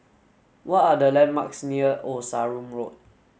what are the landmarks near Old Sarum Road